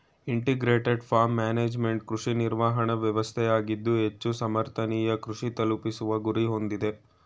integrated farm management ಕೃಷಿ ನಿರ್ವಹಣಾ ವ್ಯವಸ್ಥೆಯಾಗಿದ್ದು ಹೆಚ್ಚು ಸಮರ್ಥನೀಯ ಕೃಷಿ ತಲುಪಿಸುವ ಗುರಿ ಹೊಂದಿದೆ